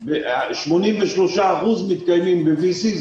83% מתקיימות ב-וי-סי.